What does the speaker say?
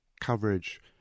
coverage